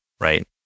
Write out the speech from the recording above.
right